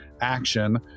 action